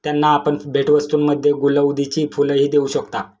त्यांना आपण भेटवस्तूंमध्ये गुलौदीची फुलंही देऊ शकता